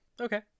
Okay